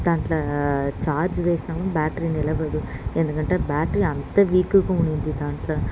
దాంట్లో ఛార్జ్ వేసిన బ్యాటరీ నిలవదు ఎందుకంటే బ్యాటరీ అంత వీక్గా ఉన్నింది దాంట్లో